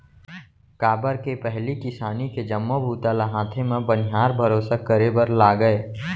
काबर के पहिली किसानी के जम्मो बूता ल हाथे म बनिहार भरोसा करे बर लागय